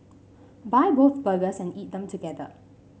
buy both burgers and eat them together